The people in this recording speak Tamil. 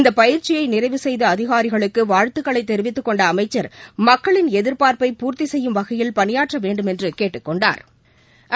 இந்த பயிற்சியை நிறைவு செய்த அதிகாரிகளுக்கு வாழ்த்துக்களை தெரிவித்துக் கொண்ட அமைச்சர் மக்களின் எதிர்பார்ப்பை பூர்த்தி செய்யும் வகையில் பணியாற்ற வேண்டுமென்று கேட்டுக் கொண்டாா்